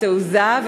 ותעוזה,